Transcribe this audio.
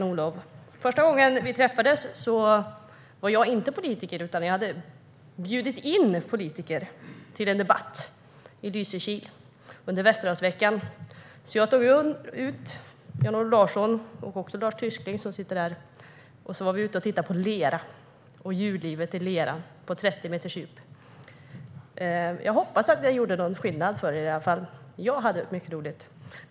När vi för första gången träffades var jag inte politiker, utan jag hade bjudit in politiker till en debatt i Lysekil under Västerhavsveckan. Jag tog med Jan-Olof Larsson och även Lars Tysklind för att titta på lera och djurlivet i lera på 30 meters djup. Jag hoppas att jag gjorde någon skillnad för er. Åtminstone jag hade mycket roligt.